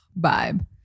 vibe